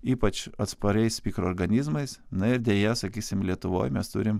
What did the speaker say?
ypač atspariais mikroorganizmais na ir deja sakysim lietuvoje mes turim